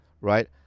Right